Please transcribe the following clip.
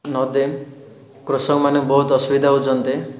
ନଦୀ କୃଷକମାନେ ବହୁତ ଅସୁବିଧା ହେଉଛନ୍ତି